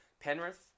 Penrith